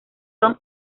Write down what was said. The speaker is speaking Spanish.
son